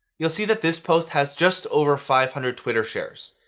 you'll see that this post has just over five hundred twitter shares.